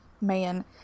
man